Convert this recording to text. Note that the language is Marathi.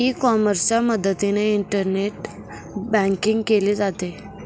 ई कॉमर्सच्या मदतीने इंटरनेट बँकिंग केले जाते